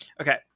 Okay